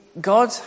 God